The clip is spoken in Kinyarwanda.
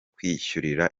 kwishyurira